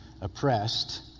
oppressed